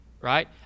Right